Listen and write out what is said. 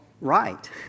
right